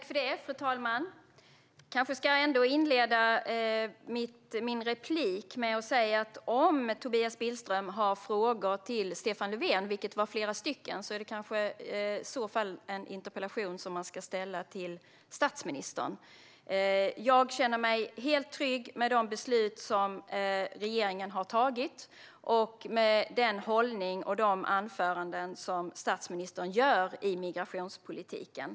Fru talman! Jag vill inleda mitt inlägg med att säga att om Tobias Billström har frågor till Stefan Löfven - han hade flera stycken - ska han i så fall ställa en sådan interpellation till statsministern. Jag känner mig helt trygg med de beslut som regeringen har tagit och med statsministerns hållning och med de anföranden som han har hållit om migrationspolitiken.